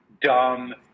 dumb